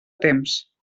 temps